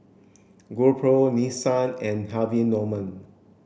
GoPro Nissin and Harvey Norman